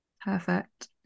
perfect